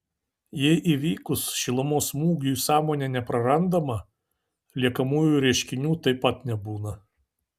jei įvykus šilumos smūgiui sąmonė neprarandama liekamųjų reiškinių taip pat nebūna